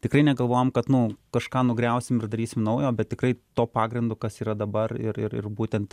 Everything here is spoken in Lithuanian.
tikrai negalvojam kad nu kažką nugriausim ir darysim naują bet tikrai tuo pagrindu kas yra dabar ir ir ir būtent